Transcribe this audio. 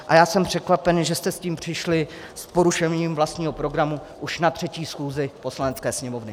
A já jsem překvapen, že jste s tím přišli s porušením vlastního programu už na třetí schůzi Poslanecké sněmovny.